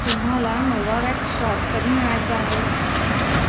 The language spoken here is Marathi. तुम्हाला नोवावॅक्स शॉट कधी मिळायचं आहे